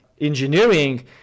engineering